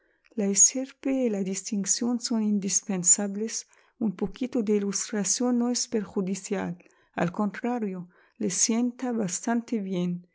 la estirpe y la distinción son indispensables un poquito de ilustración no es perjudicial al contrario le sienta bastante bien